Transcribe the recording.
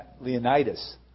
Leonidas